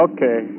Okay